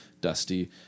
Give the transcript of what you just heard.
dusty